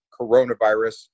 coronavirus